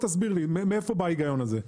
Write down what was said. מאיפה נובע ההיגיון הזה?